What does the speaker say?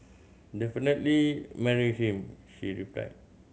definitely marry him she replied